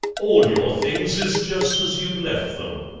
all your things is just as you left them.